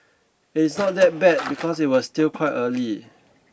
it's not that bad because it was still quite early